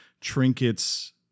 trinkets